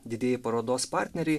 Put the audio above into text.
didieji parodos partneriai